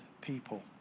people